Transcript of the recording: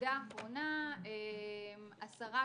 נקודה אחרונה השרה,